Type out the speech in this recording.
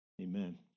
amen